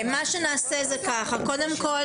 תמי,